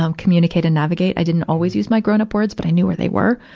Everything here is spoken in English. um communicate and navigate. i didn't always use my grown-up words, but i knew where they were.